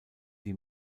die